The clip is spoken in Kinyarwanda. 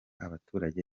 abaturage